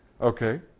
okay